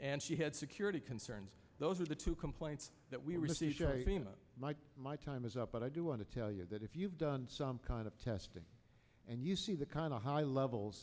and she had security concerns those are the two complaints that we received in my time is up but i do want to tell you that if you've done some kind of testing and you see the kind of high levels